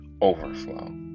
overflow